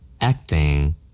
Acting